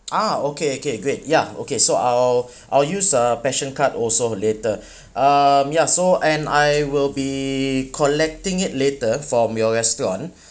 ah okay okay great ya okay so I'll I'll use a passion card also later um ya so and I will be collecting it later from your restaurant